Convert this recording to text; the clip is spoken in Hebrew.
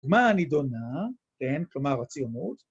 מה הנידונה, כן? כלומר הציונות